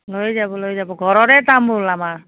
লৈ যাব লৈ যাব ঘৰৰে তামোল আমাৰ